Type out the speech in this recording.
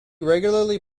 regularly